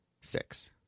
Six